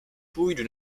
půjdu